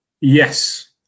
Yes